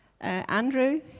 Andrew